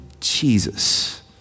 Jesus